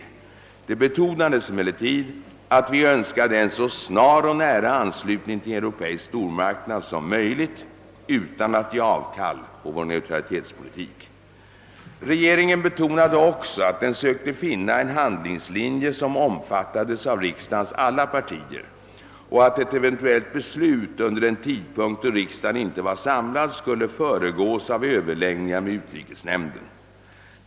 Det betonades emellertid att vi önskade en så snar och nära anslutning till en europeisk stormarknad som möjligt utan att ge avkall på vår neutralitetspolitik. Regeringen betonade också att den sökte finna en handlingslinje som om fattades av riksdagens alla partier och att ett eventuellt beslut under en tidpunkt då riksdagen inte var samlad skulle föregås av överläggningar med utrikesnämnden.